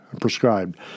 prescribed